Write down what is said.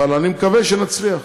אבל אני מקווה שנצליח.